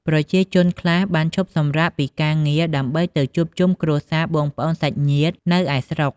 ប្រជាជនខ្លះបានឈប់សំរាកពីការងារដើម្បីទៅជួបជុំគ្រួសារ បងប្អូន សាច់ញ្ញាតិ នៅឯស្រុក។